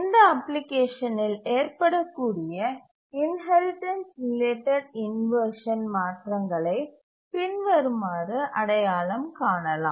இந்த அப்ளிகேஷனில் ஏற்படக்கூடிய இன்ஹெரிடன்ஸ் ரிலேட்டட் இன்வர்ஷன் மாற்றங்களை பின்வருமாறு அடையாளம் காணலாம்